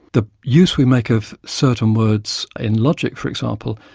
the use we make of certain words in logic, for example,